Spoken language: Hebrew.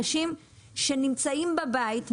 אנשים שנמצאים בבית,